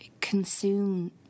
consume